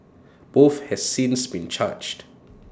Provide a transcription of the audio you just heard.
both have since been charged